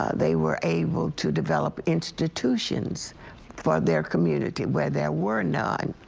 they were able to develop institutions for their community where there were nine.